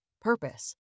purpose